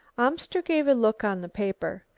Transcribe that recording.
amster gave a look on the paper.